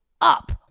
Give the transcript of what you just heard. up